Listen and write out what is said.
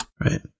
Right